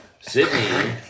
Sydney